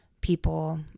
people